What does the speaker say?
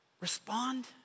respond